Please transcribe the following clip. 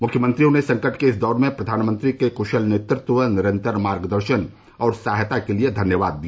मुख्यमंत्रियों ने संकट के इस दौर में प्रधानमंत्री के क्शल नेतृत्व निरंतर मार्गदर्शन और सहायता के लिये धन्यवाद दिया